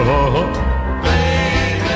Baby